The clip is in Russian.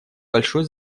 большой